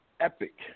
Epic